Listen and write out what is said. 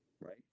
right